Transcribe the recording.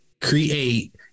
create